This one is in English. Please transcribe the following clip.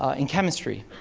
ah in chemistry,